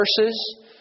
verses